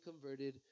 converted